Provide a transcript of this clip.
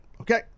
Okay